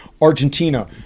Argentina